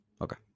Okay